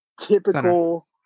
typical –